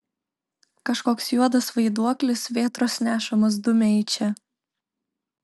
kažkoks juodas vaiduoklis vėtros nešamas dumia į čia